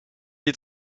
est